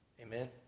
Amen